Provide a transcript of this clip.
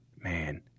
man